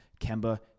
Kemba